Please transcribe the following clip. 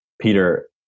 Peter